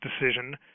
decision